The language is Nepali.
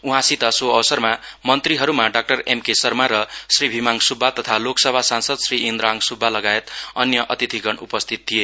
उहाँसित सो अवसरमा मन्त्रीहरुमा डाक्टर एम के शर्मा र श्री भीमहाङ सुब्बा तथा लोकसभा संसाद श्री इन्द्रहाङ सुब्बा लगायत अन्य अतिथिगण उपस्थित थिए